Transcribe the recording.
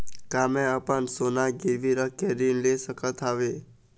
का मैं अपन सोना गिरवी रख के ऋण ले सकत हावे?